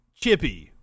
Chippy